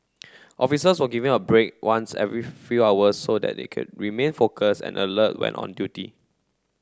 officers were given a break once every few hours so that they could remain focused and alert when on duty